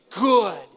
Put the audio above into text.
Good